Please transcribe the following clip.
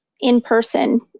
in-person